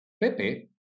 Pepe